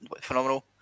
phenomenal